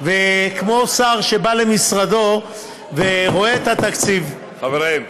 כמו ששר בא למשרדו ורואה את התקציב, חברים,